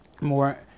more